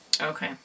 Okay